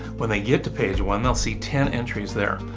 when they get to page one they'll see ten entries there.